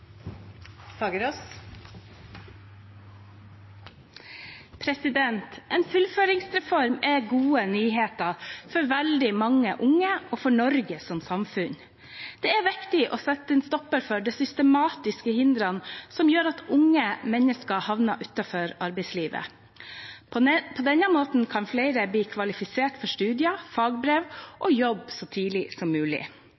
gode nyheter for veldig mange unge og for Norge som samfunn. Det er viktig å sette en stopper for de systematiske hindrene som gjør at unge mennesker havner utenfor arbeidslivet. På denne måten kan flere bli kvalifisert for studier, fagbrev